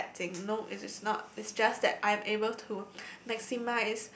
thing no it is not is just that I'm able to maximize